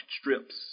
strips